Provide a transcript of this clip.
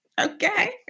okay